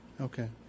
Okay